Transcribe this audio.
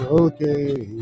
okay